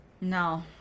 no